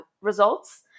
results